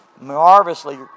marvelously